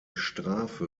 strafe